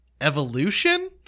evolution